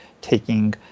taking